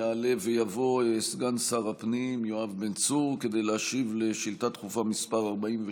יעלה ויבוא סגן שר הפנים יואב בן צור כדי להשיב על שאילתה דחופה מס' 48,